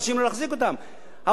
האוצר עשה מעשה.